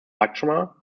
lakshmana